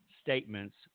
statements